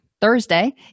Thursday